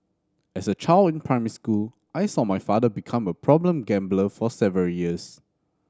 as a child in primary school I saw my father become a problem gambler for several years